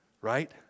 right